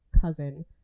cousin